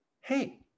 Hey